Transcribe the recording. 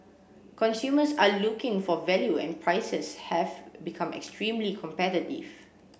consumers are looking for value and prices have become extremely competitive